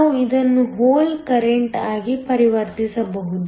ನಾವು ಇದನ್ನು hole current ಆಗಿ ಪರಿವರ್ತಿಸಬಹುದು